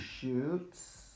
shoots